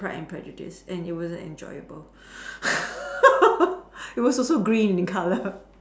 Pride and Prejudice and it wasn't enjoyable it was also green in color